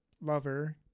lover